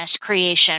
creation